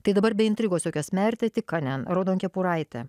tai dabar be intrigos jokios mertiti kanen raudonkepuraitė